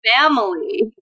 Family